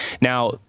Now